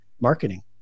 marketing